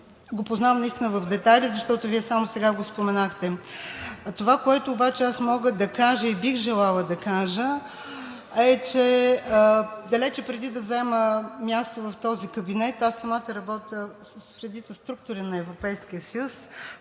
го познавам наистина в детайли, защото Вие само сега го споменахте. Това, което обаче мога да кажа и бих желала да кажа, е, че далече преди да заема място в този кабинет аз самата работя в редица структури на Европейския съюз